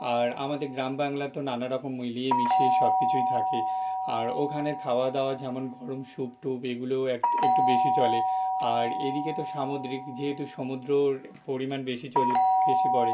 আর আমাদের গ্রাম বাংলা তো নানারকম মিলিয়ে মিশিয়ে সবকিছুই থাকে আর ওখানের খাওয়াদাওয়া যেমন গরম স্যুপ টুপ এগুলোও এক একটু বেশি চলে আর এদিকে তো সামুদ্রিক যেহেতু সমুদ্রর পরিমাণ বেশি চলে বেশি পড়ে